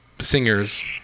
singers